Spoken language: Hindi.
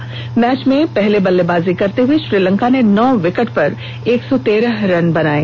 इस मैच में पहले बल्लेबाजी करते हुए श्रीलंका ने नौ विकेट पर एक सौ तेरह रन बनाये